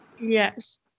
Yes